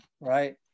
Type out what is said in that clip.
right